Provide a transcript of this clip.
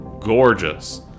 gorgeous